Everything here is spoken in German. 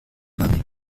wange